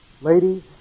ladies